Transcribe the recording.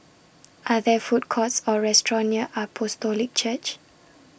Are There Food Courts Or restaurants near Apostolic Church